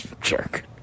Jerk